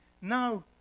Now